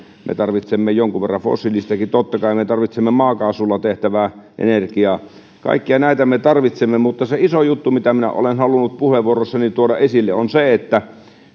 me tarvitsemme jonkun verran fossiilistakin totta kai me tarvitsemme maakaasulla tehtävää energiaa kaikkia näitä me tarvitsemme mutta se iso juttu mitä minä olen halunnut puheenvuoroissani tuoda esille on se että